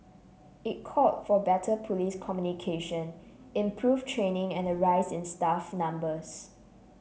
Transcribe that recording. it called for better police communication improved training and a rise in staff numbers